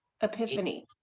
epiphany